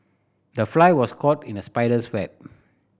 the fly was caught in a spider's web